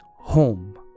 home